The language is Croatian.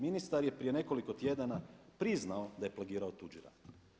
Ministar je prije nekoliko tjedan priznao da je plagirao tuđi rad.